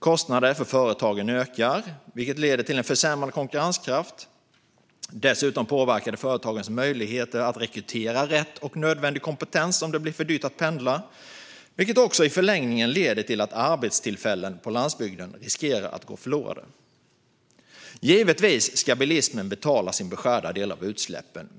Kostnaderna för företagen ökar, vilket leder till försämrad konkurrenskraft. Dessutom påverkar det företagens möjligheter att rekrytera rätt och nödvändig kompetens om det blir för dyrt att pendla, vilket i förlängningen leder till att arbetstillfällen på landsbygden riskerar att gå förlorade. Givetvis ska bilismen betala sin beskärda del av utsläppen.